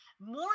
More